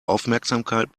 aufmerksamkeit